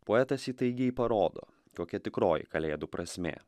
poetas įtaigiai parodo kokia tikroji kalėdų prasmė